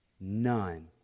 none